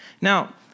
Now